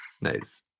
Nice